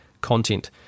content